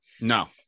no